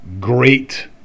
great